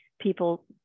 people